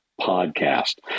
podcast